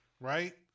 Right